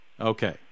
Okay